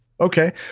Okay